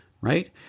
right